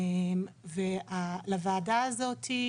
הוועדה הזאת,